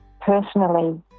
personally